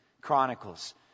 Chronicles